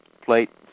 plate